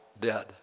dead